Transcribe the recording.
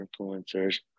influencers